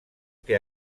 que